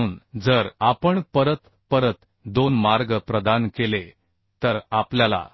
म्हणून जर आपण परत परत दोन मार्ग प्रदान केले तर आपल्याला